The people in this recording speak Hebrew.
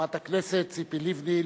חברת הכנסת ציפי לבני,